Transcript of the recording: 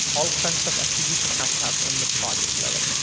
all kinds of attribution has to happen in the projects level.